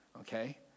Okay